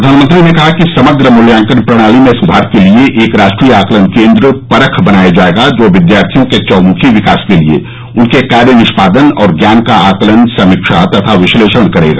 प्रधानमंत्री ने कहा कि समग्र मूल्यांकन प्रणाली में सुधार के लिए एक राष्ट्रीय आकलन केन्द्र परख बनाया जाएगा जो विद्यार्थियों के चहमुखी विकास के लिए उनके कार्य निष्पादन और ज्ञान का आकलन समीक्षा तथा विश्लेषण करेगा